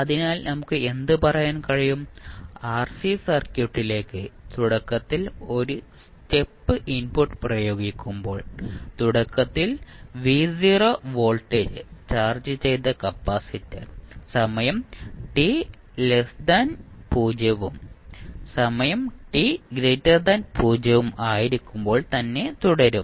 അതിനാൽ നമുക്ക് എന്ത് പറയാൻ കഴിയും ആർസി സർക്യൂട്ടിലേക്ക് തുടക്കത്തിൽ ഒരു സ്റ്റെപ്പ് ഇൻപുട്ട് പ്രയോഗിക്കുമ്പോൾ തുടക്കത്തിൽ V0വോൾട്ടേജ് ചാർജ്ജ് ചെയ്ത കപ്പാസിറ്റർ സമയം t 0 ഉം സമയം t 0 ഉം ആയിരിക്കുമ്പോൾ തന്നെ തുടരും